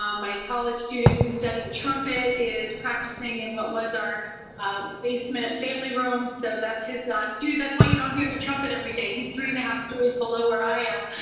um my college student, who is studying trumpet, is practicing in what was our basement family room. so that's his ah that's why you don't hear the trumpet every day. he's three and a half stories below where i am.